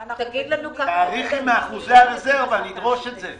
תעריכי מאחוזי הרזרבה, נדרוש את זה.